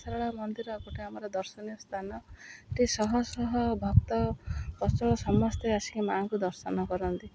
ଶାରଳା ମନ୍ଦିର ଗୋଟେ ଆମର ଦର୍ଶନୀୟ ସ୍ଥାନ ଟିକି ସହ ସହ ଭକ୍ତ ପ୍ରଚଳ ସମସ୍ତେ ଆସିକି ମା'ଙ୍କୁ ଦର୍ଶନ କରନ୍ତି